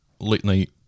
late-night